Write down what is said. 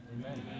Amen